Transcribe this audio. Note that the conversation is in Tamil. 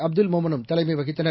அப்துல் மோமனும் தலைமை வகித்தனர்